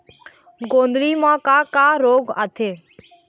गोंदली म का का रोग आथे?